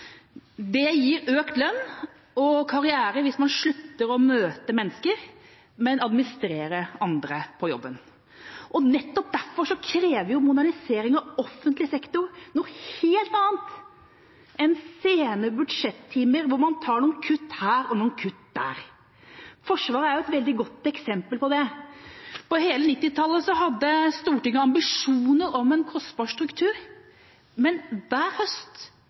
Det gir økt lønn og karriere hvis man slutter å møte mennesker, men administrerer andre på jobben. Nettopp derfor krever modernisering av offentlig sektor noe helt annet enn sene budsjettimer hvor man tar noen kutt her og noen kutt der. Forsvaret er et veldig godt eksempel på det. På hele 1990-tallet hadde Stortinget ambisjoner om en kostbar struktur, men